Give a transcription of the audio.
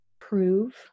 prove